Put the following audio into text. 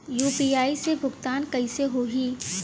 UPI से भुगतान कइसे होहीं?